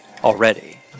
Already